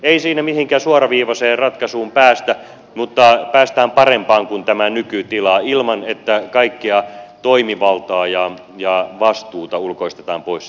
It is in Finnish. ei siinä mihinkään suoraviivaiseen ratkaisuun päästä mutta päästään parempaan kuin tämä nykytila ilman että kaikkea toimivaltaa ja vastuuta ulkoistetaan pois siltä peruskunnalta